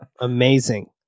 amazing